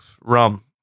Rum